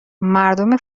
مردم